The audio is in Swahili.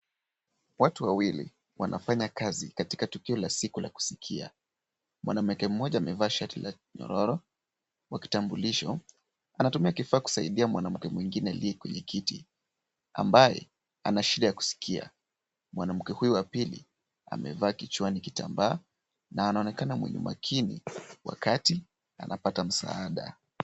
Watu wawili wanafanya kazi katika tukio la siku la kusikia . Mwanamke mmoja amevaa shati la nyororo wa kitambulisho. Anatumia kifaa kusaidia mwanamke mwengine aliye kwenye kiti ambaye ana shida ya kusikia. Mwanamke huyu wa pili amevaa kichwani kitambaa na anaonekana mwenye makini wakati anapata msaada.